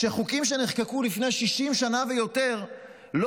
שחוקים שנחקקו לפני 60 שנה ויותר לא